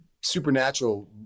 Supernatural